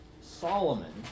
Solomon